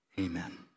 Amen